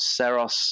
Seros